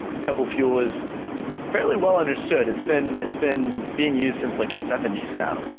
pebble fuel is fairly well understood, it's been it's been being used since like the seventy s now.